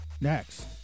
next